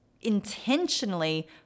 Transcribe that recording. intentionally